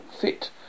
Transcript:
fit